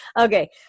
Okay